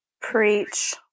preach